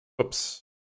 Oops